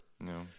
No